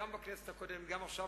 גם בכנסת הקודמת וגם עכשיו,